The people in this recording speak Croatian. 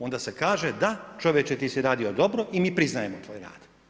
Onda se kaže, da čovječe ti si radio dobro i mi priznajemo tvoj rad.